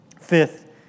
Fifth